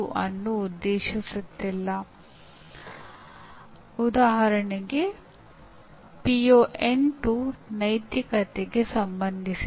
ಅವನು ಉತ್ತಮ ದರ್ಜೆಯನ್ನು ಹೇಗೆ ಪಡೆಯಬಹುದು